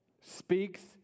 speaks